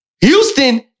Houston